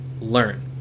learn